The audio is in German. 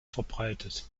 verbreitet